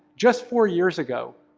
just four years ago,